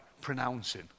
pronouncing